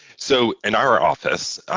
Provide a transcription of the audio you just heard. so in our office,